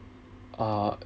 oh